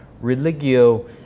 religio